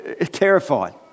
terrified